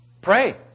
Pray